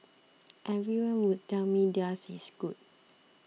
everyone would tell me theirs is good